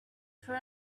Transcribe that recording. for